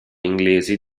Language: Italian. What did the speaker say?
inglesi